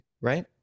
right